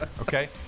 Okay